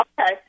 okay